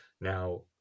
Now